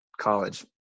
college